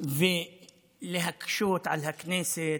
ולהקשות על הכנסת,